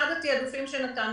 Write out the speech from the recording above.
אחד התעדופים שנתנו,